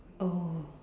oh